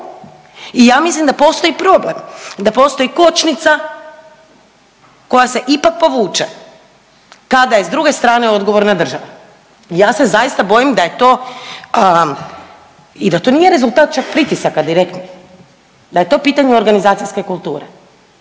I ja mislim da postoji problem, da postoji kočnica koja se ipak povuče kada je s druge strane odgovorna država i ja se zaista bojim da je to i da to nije rezultat čak pritisaka direktnih, da je to pitanje organizacijske kulture